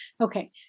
Okay